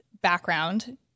background